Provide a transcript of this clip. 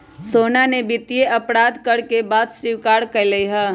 सोहना ने वित्तीय अपराध करे के बात स्वीकार्य कइले है